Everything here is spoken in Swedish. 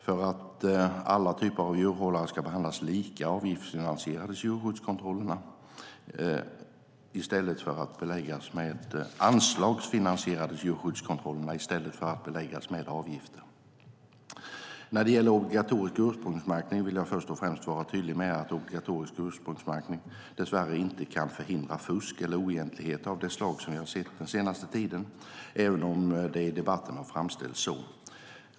För att alla typer av djurhållare ska behandlas lika anslagsfinansieras djurskyddskontrollerna i stället för att beläggas med avgifter. När det gäller obligatorisk ursprungsmärkning vill jag först och främst vara tydlig med att obligatorisk ursprungsmärkning dess värre inte kan förhindra fusk och oegentligheter av det slaget som vi har sett den senaste tiden, även om det i debatten har framställts så.